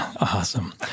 Awesome